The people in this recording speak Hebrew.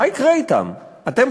מה יקרה אתם?